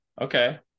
Okay